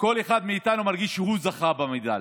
כל אחד מאיתנו מרגיש שהוא זכה במדליה.